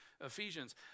Ephesians